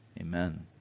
Amen